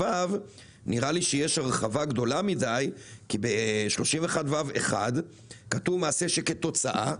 מדינת ישראל מתיימרת לומר ליצרן בחו"ל: "אתה תקבע תנאים כאלה וכאלה".